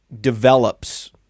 Develops